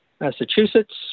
Massachusetts